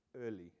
early